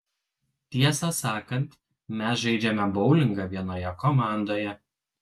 tiesą sakant mes žaidžiame boulingą vienoje komandoje